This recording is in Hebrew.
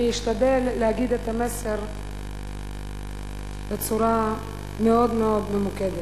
אני אשתדל להגיד את המסר בצורה מאוד-מאוד ממוקדת.